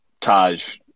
Taj